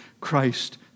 Christ